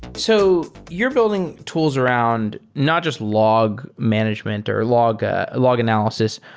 so you're building tools around not just log management or log ah log analysis,